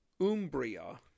Umbria